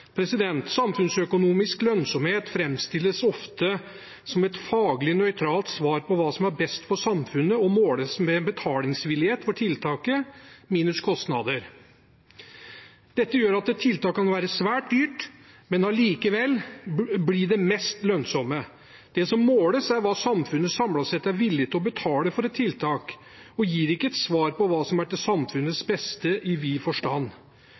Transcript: Samfunnsøkonomisk lønnsomhet framstilles ofte som et faglig nøytralt svar på hva som er best for samfunnet, og måles med betalingsvillighet for tiltaket minus kostnader. Dette gjør at et tiltak kan være svært dyrt, men allikevel bli det mest lønnsomme. Det som måles, er hva samfunnet samlet sett er villig til å betale for et tiltak, og gir ikke svar på hva som er til samfunnets beste i vid forstand.